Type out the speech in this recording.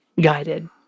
guided